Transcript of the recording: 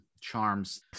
charms